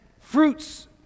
fruits